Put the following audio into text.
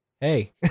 Hey